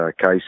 case